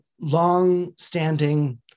long-standing